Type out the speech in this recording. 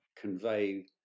convey